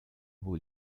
wohl